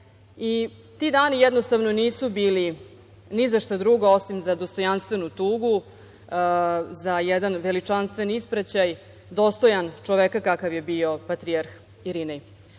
Ti dani jednostavno nisu bili ni za šta drugo, osim za dostojanstvenu tugu, za jedan veličanstveni ispraćaj, dostojan čoveka kakav je bio patrijarh